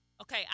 Okay